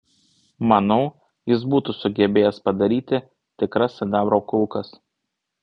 manau jis būtų sugebėjęs padaryti tikras sidabro kulkas